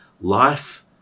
Life